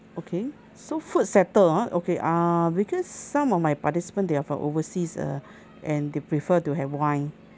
okay so food settled uh okay err because some of my participant they're from overseas uh and they prefer to have wine